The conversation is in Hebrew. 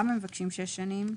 למה הם מבקשים שש שנים?